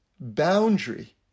boundary